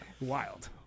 wild